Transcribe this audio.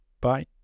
Bye